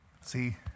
See